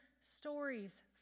stories